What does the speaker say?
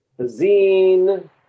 zine